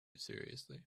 seriously